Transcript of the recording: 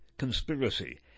Conspiracy